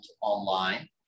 online